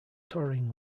touring